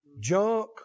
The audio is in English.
junk